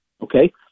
Okay